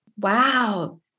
Wow